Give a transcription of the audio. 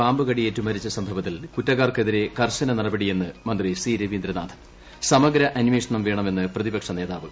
പാമ്പുകടിയേറ്റു മരിച്ച സംഭവത്തിൽ കുറ്റക്കാർക്കെതിരെ കർശന നടപടിയെന്ന് മന്ത്രി സി രവീന്ദ്രനാഥ് സമഗ്ര അന്വേഷണം വേണമെന്ന് പ്രതിപ്പക്ഷ്മൃനേതാവ്